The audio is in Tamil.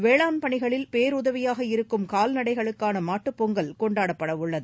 வேளாண் பணிகளில் நாளைய தினம் பேருதவியாக இருக்கும் கால்நடைகளுக்கான மாட்டுப்பொங்கல் கொண்டாடப்பட உள்ளது